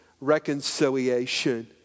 reconciliation